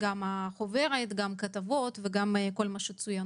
החוברת הכתבות וכל מה שלבנה